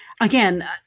Again